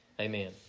Amen